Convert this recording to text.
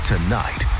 Tonight